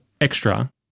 extra